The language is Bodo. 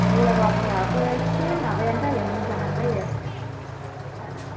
गलागावफ्राबो एसे माबायानो जायो मोजाङानो जायो बारा